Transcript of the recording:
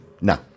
No